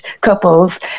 couples